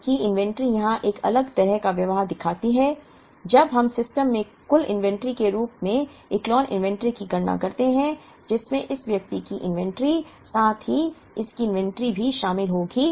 जबकि इन्वेंट्री यहां एक अलग तरह का व्यवहार दिखाती है जब हम सिस्टम में कुल इन्वेंट्री के रूप में इकोलोन इन्वेंट्री की गणना करते हैं जिसमें इस व्यक्ति की इन्वेंट्री साथ ही इस की इन्वेंट्री भी शामिल होगी